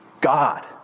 God